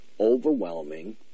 overwhelming